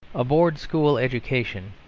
a board school education,